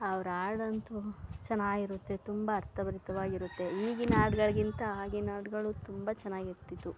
ಅವ್ರ ಹಾಡ್ ಅಂತೂ ಚೆನ್ನಾಗಿರುತ್ತೆ ತುಂಬ ಅರ್ಥಭರಿತವಾಗಿರುತ್ತೆ ಈಗಿನ ಹಾಡ್ಗಳ್ಗಿಂತ ಆಗಿನ ಹಾಡ್ಗಳು ತುಂಬ ಚೆನ್ನಾಗಿರ್ತಿದ್ವು